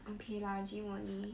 okay lah gym only